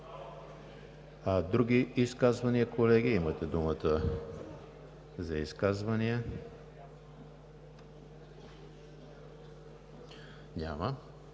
Други изказвания, колеги? Имате думата за изказвания. Няма.